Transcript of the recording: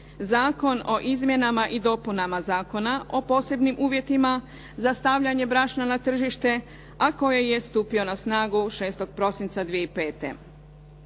Zakon o izmjenama i dopunama Zakona o posebnim uvjetima za stavljanje brašna na tržište a koji je stupio na snagu 6. prosinca 2005.